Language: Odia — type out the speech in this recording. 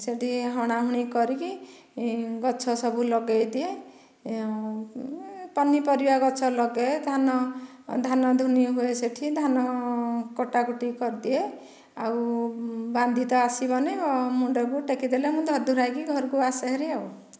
ସେଠି ହଣା ହୁଣି କରିକି ଗଛ ସବୁ ଲଗାଇଦିଏ ପନିପରିବା ଗଛ ଲଗାଏ ଧାନ ଧାନ ଧୁନି ହୁଏ ସେଠି ଧାନ କଟା କୁଟୀ କରିଦିଏ ଆଉ ବାନ୍ଧି ତ ଆସିବନି ମୁଣ୍ଡକୁ ଟେକି ଦେଲେ ମୁଁ ଧରି ଧୂରାକି ଘରକୁ ଆସେ ବାହାରି ଆଉ